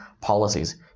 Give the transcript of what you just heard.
policies